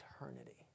eternity